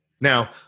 Now